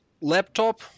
laptop